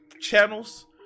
channels